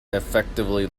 effectively